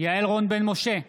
יעל רון בן משה,